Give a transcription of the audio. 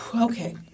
Okay